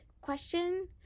question